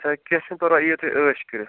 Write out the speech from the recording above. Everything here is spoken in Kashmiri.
ہے کیٚنٛہہ چھُ نہٕ پرواے ییِو تُہۍ ٲش کٔرِتھ